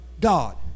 God